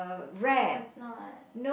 oh it's not